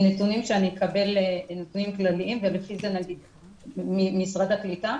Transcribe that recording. נתונים כלליים שאני אקבל ממשרד הקליטה